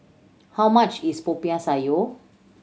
how much is Popiah Sayur